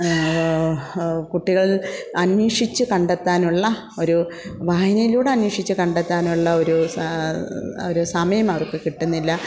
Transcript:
കുട്ടികൾ അന്വേഷിച്ച് കണ്ടെത്താനുള്ള ഒരു വായനയിലൂടെ അന്വേഷിച്ച് കണ്ടെത്താനുള്ള ഒരു സ ഒരു സമയം അവർക്ക് കിട്ടുന്നില്ല